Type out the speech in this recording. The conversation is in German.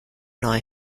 neue